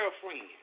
girlfriend